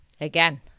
Again